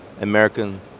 american